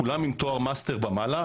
כולם עם תואר מאסטר ומעלה,